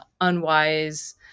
unwise